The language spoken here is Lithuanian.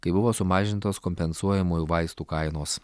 kai buvo sumažintos kompensuojamųjų vaistų kainos